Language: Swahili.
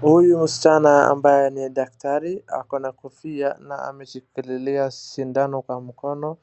Huyu msichana ambaye ni daktari ako na kofia na ameshikilia sindano kwa mkono.